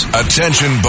attention